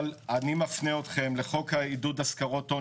אבל אני מפנה אתכם לחוק עידוד השקעות הון